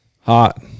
Hot